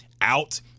out